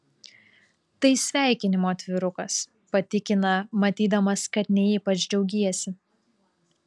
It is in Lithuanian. tai sveikinimo atvirukas patikina matydamas kad ne ypač džiaugiesi